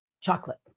Chocolate